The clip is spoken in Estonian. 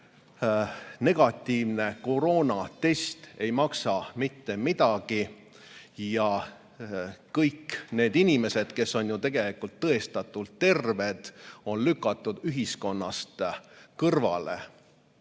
negatiivne koroonatest ei maksa mitte midagi, ja kõik need inimesed, kes on tegelikult tõestatult terved, on lükatud ühiskonnast kõrvale.